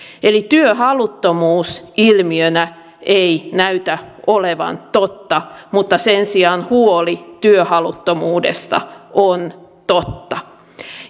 eli työhaluttomuus ilmiönä ei näytä olevan totta mutta sen sijaan huoli työhaluttomuudesta on totta